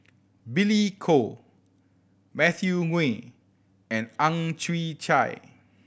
Billy Koh Matthew Ngui and Ang Chwee Chai